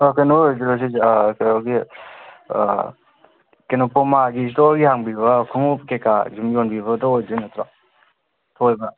ꯀꯩꯅꯣ ꯑꯣꯏꯗꯣꯏꯔꯣ ꯁꯤꯁꯦ ꯀꯩꯅꯣꯒꯤ ꯀꯩꯅꯣ ꯄꯨꯃꯥꯒꯤ ꯏꯁꯇꯣꯔꯒꯤ ꯍꯥꯡꯕꯤꯕ ꯈꯨꯃꯨꯛ ꯀꯩꯀꯥ ꯑꯗꯨꯝ ꯌꯣꯟꯕꯤꯕꯗꯣ ꯑꯣꯏꯗꯣꯏ ꯅꯠꯇ꯭ꯔꯣ ꯊꯣꯏꯕ